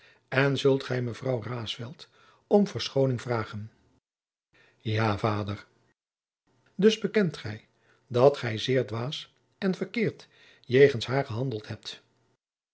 en zult gij mejuffrouw raesfelt om verschooning vragen ja vader dus bekent gij dat gij zeer dwaas en verkeerd jegens haar gehandeld hebt